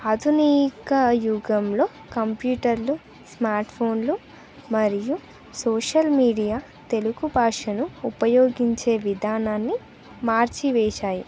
ఆధునిక యుగంలో కంప్యూటర్లు స్మార్ట్ఫోన్ మరియు సోషల్ మీడియా తెలుగు భాషను ఉపయోగించే విధానాన్ని మార్చివేేసాయి